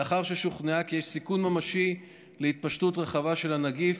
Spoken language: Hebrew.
לאחר ששוכנעה כי יש סיכון ממשי להתפשטות רחבה של הנגיף,